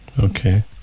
Okay